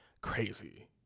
crazy